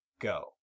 Go